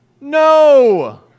No